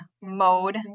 mode